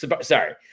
Sorry